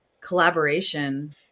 Collaboration